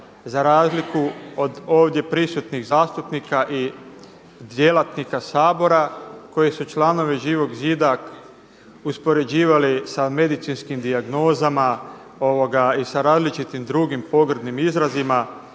za razliku od ovdje prisutnih zastupnika i djelatnika Sabora koji su članovi Živog zida uspoređivali sa medicinskim dijagnozama i sa različitim drugim pogrdnim izrazima.